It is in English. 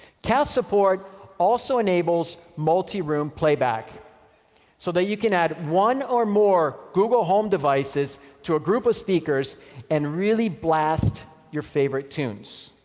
cast support also enables multi-room playback so you can add one or more google home devices to a group of speakers and really blast your favorite tunes.